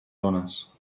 ones